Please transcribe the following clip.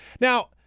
Now